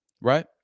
Right